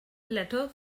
letter